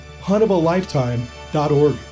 HuntOfALifetime.org